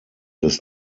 des